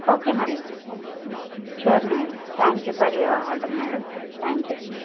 okay madam sure madam thank you for your order madam thank you